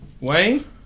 Wayne